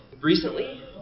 Recently